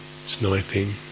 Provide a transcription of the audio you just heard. sniping